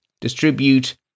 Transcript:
distribute